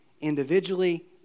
individually